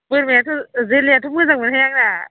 बोरमायाथ' जोलैयाथ' मोजांमोनहाय आंना